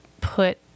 put